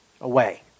away